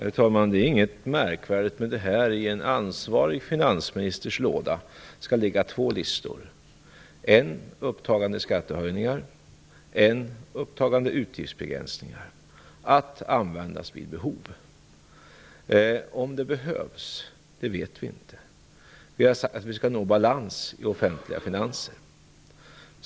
Herr talman! Det är inget märkvärdigt med det här. I en ansvarig finansministers låda skall ligga två listor: en upptagande skattehöjningar och en upptagande utgiftsbegränsningar, att användas vid behov. Om det behövs vet vi inte. Vi har sagt att vi skall nå balans i de offentliga finanserna.